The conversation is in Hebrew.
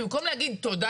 במקום להגיד תודה,